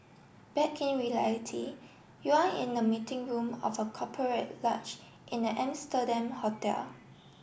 back in reality you are in the meeting room of a corporate large in an Amsterdam hotel